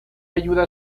ayuda